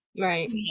right